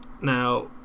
Now